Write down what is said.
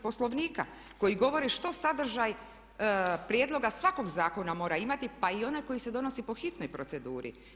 Poslovnika koji govori što sadržaj prijedloga svakog zakona mora imati pa i onaj koji se donosi po hitnoj proceduri.